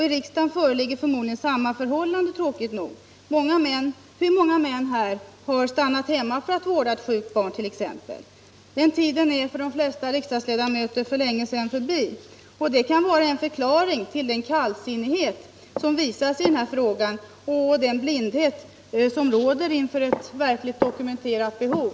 I riksdagen föreligger, tråkigt nog, förmodligen samma förhållande. Hur många män här har t.ex. stannat hemma för att vårda ett sjukt barn? Den tiden är för de flesta riksdagsledamöter för länge sedan förbi. Och det kan vara en förklaring till den kallsinnighet som visas i denna fråga och till den blindhet som råder inför ett dokumenterat behov.